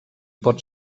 pot